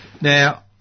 Now